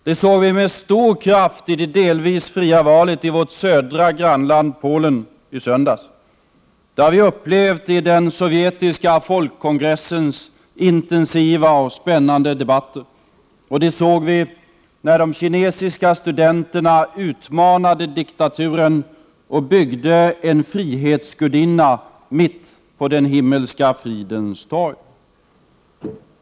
Det såg vi med stor kraft i det delvis fria valet i vårt södra grannland Polen i söndags. Det har vi upplevt i den sovjetiska folkkongressens intensiva och spännande debatter, och det såg vi när de kinesiska studenterna utmanade diktaturen och byggde en frihetsgudinna mitt på Den himmelska fridens torg.